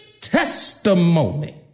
testimony